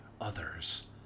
others